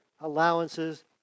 allowances